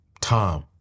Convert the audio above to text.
Tom